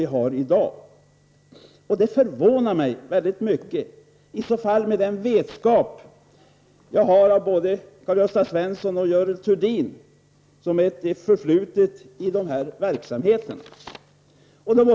Detta resonemang förvånar mig verkligen, med tanke på den vetskap som jag har om både Karl-Gösta Svenson och Görel Thurdin, som har ett förflutet i inom dessa verksamheter.